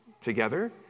together